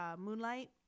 Moonlight